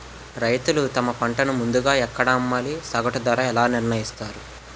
రైతులు తమ పంటను ముందుగా ఎక్కడ అమ్మాలి? సగటు ధర ఎలా నిర్ణయిస్తారు?